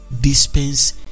dispense